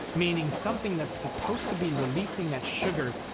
meaning something that's supposed to be releasing that sugar,